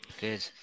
Good